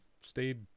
stayed